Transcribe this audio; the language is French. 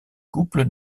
couple